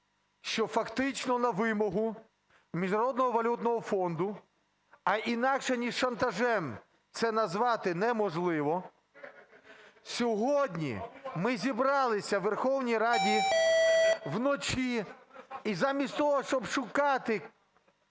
що фактично на вимогу Міжнародного валютного фонду, а інакше, ніж шантажем це назвати неможливо, сьогодні ми зібралися у Верховній Раді вночі, і замість того щоб шукати